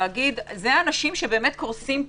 לומר: אלה האנשים שקורסים פה.